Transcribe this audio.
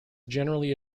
generally